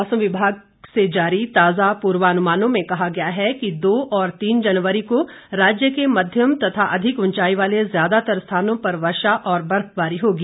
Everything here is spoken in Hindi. मौसम विभाग से जारी ताजा पूर्वानुमानों में कहा गया है कि दो और तीन जनवरी को राज्य के मध्यम तथा अधिक उंचाई वाले ज्यादातर स्थानों पर वर्षा और बर्फबारी होगी